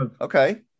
okay